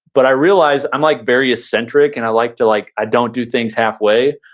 but i realized i'm like very eccentric and i like to, like i don't do things halfway.